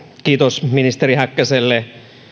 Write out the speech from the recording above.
kiitos ministeri häkkäselle